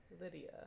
Lydia